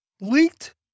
leaked